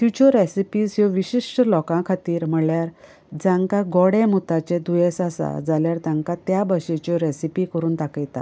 तिच्यो रॅसिपीझ ह्यो विशिश्ठ लोकां खातीर म्हणल्यार जांकां गोड्या मुताचें दुयेस आसा जाल्यार तांकां त्या भशेच्यो रॅसिपी करून दाखयता